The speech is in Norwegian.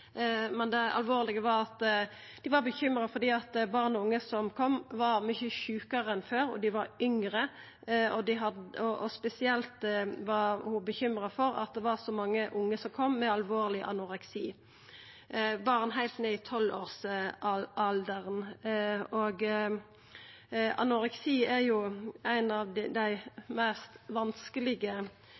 Det alvorlege var at dei var bekymra fordi barn og unge som kom, var mykje sjukare enn før, og dei var yngre. Spesielt var ho bekymra for at det var så mange unge som kom med alvorleg anoreksi, barn heilt ned i 12-årsalderen. Anoreksi er ein av dei